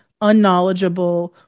unknowledgeable